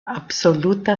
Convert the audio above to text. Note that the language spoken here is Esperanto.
absoluta